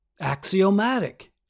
axiomatic